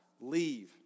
leave